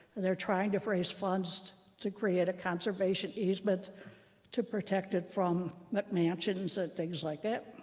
and they're trying to raise funds just to create a conservation easement to protect it from mansions, and things like that.